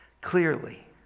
Clearly